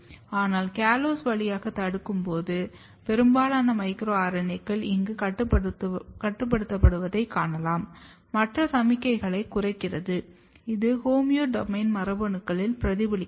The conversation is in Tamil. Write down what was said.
ஆனால் காலோஸ் வழியாகத் தடுக்கும்போது பெரும்பாலான மைக்ரோ RNAகள் இங்கு கட்டுப்படுத்தப்படுவதைக் காணலாம் மற்ற சமிக்ஞைகள் குறைகிறது இது ஹோமியோடோமைன் மரபணுக்களில் பிரதிபலிக்கும்